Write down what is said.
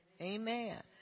Amen